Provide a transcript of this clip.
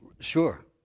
Sure